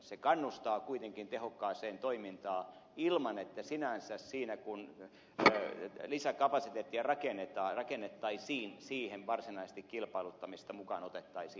se kannustaa kuitenkin tehokkaaseen toimintaan ilman että sinänsä siinä kun lisäkapasiteettia rakennettaisiin siihen varsinaisesti kilpailuttamista mukaan otettaisiin